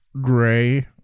Gray